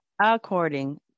according